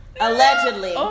Allegedly